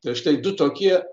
tai štai du tokie